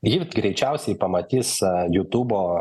jį greičiausiai pamatys jutūbo